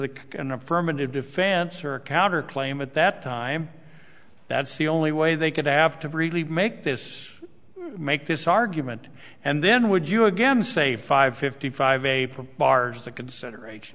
of affirmative defense or a counter claim at that time that's the only way they could have to really make this make this argument and then would you again say five fifty five april bars of consideration